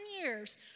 years